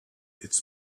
its